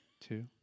two